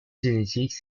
génétique